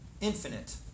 infinite